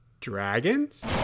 Dragons